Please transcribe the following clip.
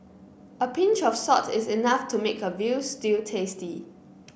a pinch of salt is enough to make a veal stew tasty